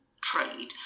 trade